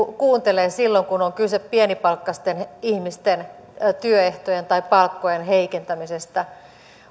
kuuntelee silloin kun on kyse pienipalkkaisten ihmisten työehtojen tai palkkojen heikentämisestä